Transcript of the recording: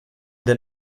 den